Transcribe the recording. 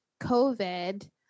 covid